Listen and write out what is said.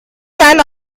can